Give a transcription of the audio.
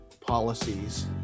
policies